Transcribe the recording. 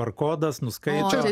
ar kodas nuskaito